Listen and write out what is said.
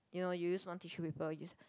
you know you use one tissue paper use